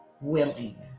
willing